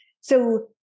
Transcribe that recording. So-